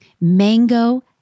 Mango